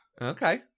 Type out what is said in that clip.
Okay